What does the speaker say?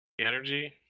energy